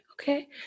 okay